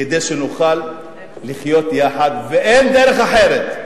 כדי שנוכל לחיות יחד, ואין דרך אחרת.